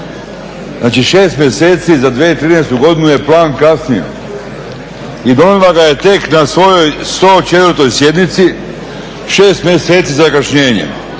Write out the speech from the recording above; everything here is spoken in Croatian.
Znači 6 mjeseci za 2013. godinu je plan kasnio i donijela ga je tek na svojoj 104. sjednici, 6 mjeseci zakašnjenja.